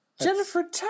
Jennifer